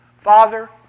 Father